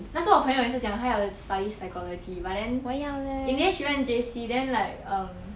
那时候我的朋友也是讲她要 study psychology but then in the end she went J_C then like um